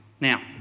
Now